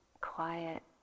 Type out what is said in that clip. quiet